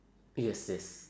yes yes